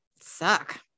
suck